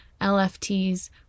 LFTs